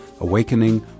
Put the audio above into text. awakening